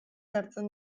hartzen